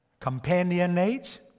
companionate